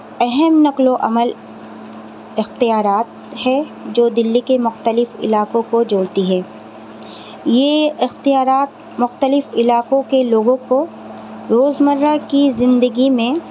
اہم نقل و حمل اختیارات ہے جو دہلی کے مختلف علاقوں کو جوڑتی ہے یہ اختیارات مختلف علاقوں کے لوگوں کو روز مرہ کی زندگی میں